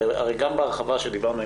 הרי גם בהרחבה שדיברנו,